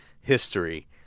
history